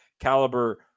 caliber